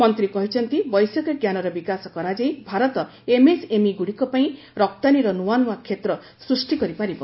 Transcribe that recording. ମନ୍ତ୍ରୀ କହିଛନ୍ତି ବୈଷୟିକଜ୍ଞାନର ବିକାଶ କରାଯାଇ ଭାରତ ଏମ୍ଏସ୍ଏମ୍ଇ ଗୁଡ଼ିକ ପାଇଁ ରପ୍ତାନୀର ନୂଆ ନୂଆ କ୍ଷେତ୍ର ସୃଷ୍ଟି କରିପାରିବ